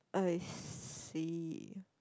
I see